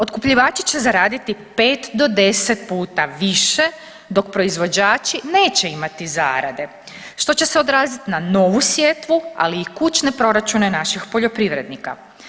Otkupljivači će zaraditi 5 do 10 puta više dok proizvođači neće imati zarade što će se odrazit na novu sjetvu, ali i kućne proračune naših poljoprivrednika.